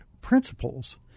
principles